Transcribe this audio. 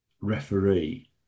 referee